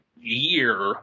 year